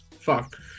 Fuck